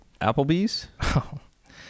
Applebee's